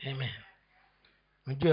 Amen